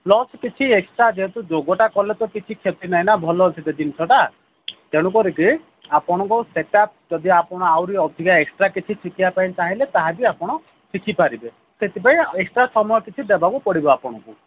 plus କିଛି extra ଯେହେତୁ ଯୋଗଟା କଲେ ତ କିଛି କ୍ଷତି ନାହିଁ ନା ଭଲ ଅଛି ସେ ଜିନିଷଟା ତେଣୁ କରିକି ଆପଣଙ୍କୁ ସେଟା ଯଦି ଆପଣ ଆହୁରି ଅଧିକା ଏକ୍ସଟ୍ରା କିଛି ଶିଖିବା ପାଇଁ ଚାହିଁଲେ ତାହା ବି ଆପଣ ଶିଖି ପାରିବେ ସେଥିପାଇଁ ଏକ୍ସଟ୍ରା ସମୟ କିଛି ଦେବାକୁ ପଡ଼ିବ ଆପଣଙ୍କୁ